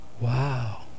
Wow